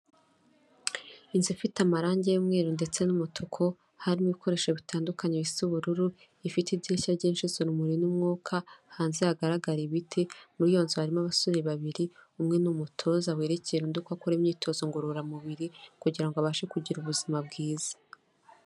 Inzu ifite amarangi y'umweru ndetse n'umutuku, harimo ibikoresho bitandukanye bisa ubururu, ifite idirishya ryinjiza urumuri n'umwuka, hanze hagaraga ibiti, muri iyo nzu harimo abasore babiri, umwe n'umutoza werekera undi ko akora imyitozo ngororamubiri, kugira ngo abashe kugira ubuzima bwiza.